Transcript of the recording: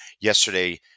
yesterday